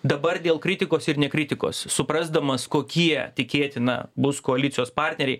dabar dėl kritikos ir ne kritikos suprasdamas kokie tikėtina bus koalicijos partneriai